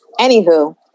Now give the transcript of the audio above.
Anywho